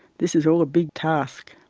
this is all a big task.